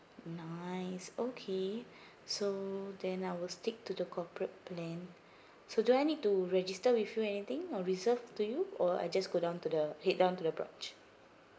nice okay so then I will stick to the corporate plan so do I need to register with you or anything or reserve to you or I just go down to the head down to the branch